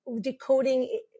decoding